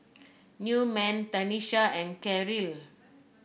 Newman Tanisha and Karyl